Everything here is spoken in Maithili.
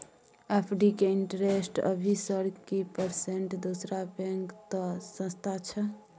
एफ.डी के इंटेरेस्ट अभी सर की परसेंट दूसरा बैंक त सस्ता छः?